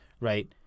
right